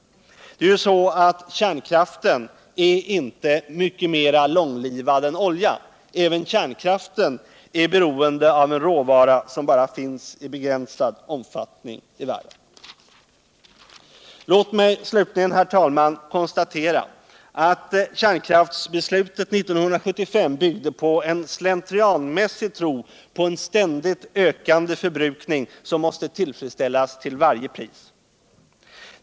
Kärnkraften är ju inte mycket mera långlivad än oljan. Även kärnkraften är beroende av en råvara som bara finns i begränsad omfatuning i världen. Energiforskning, Låt mig slutligen konstatera, herr talman. att kärnkraftsbeslutet 1975 byggde på en slentrian mässig tro på en ständigt ökande förbrukning som måste tillfredsställas till varje pris.